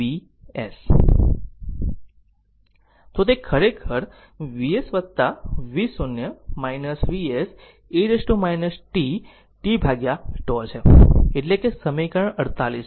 Vs તો તે ખરેખર Vs v0 Vs e t tτ છે એટલે કે સમીકરણ 48 છે